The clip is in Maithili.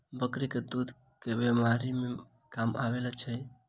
बकरी केँ दुध केँ बीमारी मे काम आबै छै?